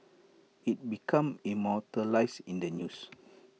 IT becomes immortalised in the news